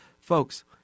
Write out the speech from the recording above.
Folks